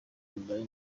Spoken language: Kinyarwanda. imibare